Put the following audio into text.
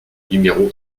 numéro